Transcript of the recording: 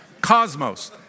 Cosmos